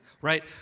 Right